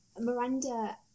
Miranda